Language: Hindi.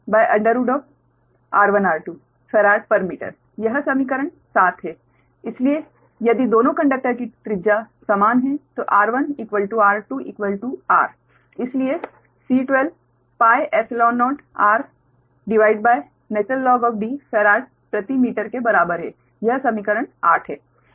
तो इसलिए C12q1V12 πϵ0 In Dr1r2 farad per meter यह समीकरण 7 है इसलिए यदि दोनों कंडक्टर की त्रिज्याconductors radius समान हैं तो 𝑟1 𝑟2 𝑟 इसलिए 𝐶12 πϵ0r भागित ln D फैराड प्रति मीटर के बराबर है यह समीकरण 8 है